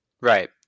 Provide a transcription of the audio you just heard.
right